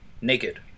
naked